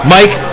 Mike